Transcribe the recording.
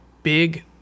Big